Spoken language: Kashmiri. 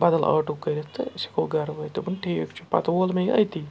بَدَل آٹوٗ کٔرِتھ تہٕ أسۍ ہٮ۪کو گَرٕ وٲتھ دوٚپُن ٹھیٖک چھُ پَتہٕ وول مےٚ یہِ أتی